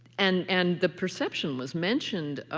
and and the perception was mentioned,